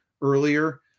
earlier